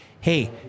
hey